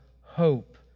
hope